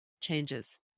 changes